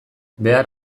behar